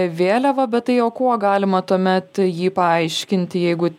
vėliava bet tai o kuo galima tuomet jį paaiškinti jeigu